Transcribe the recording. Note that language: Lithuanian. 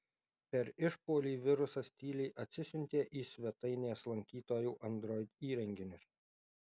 per išpuolį virusas tyliai atsisiuntė į svetainės lankytojų android įrenginius